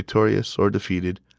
victorious or defeated.